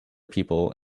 people